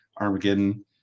armageddon